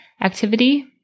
activity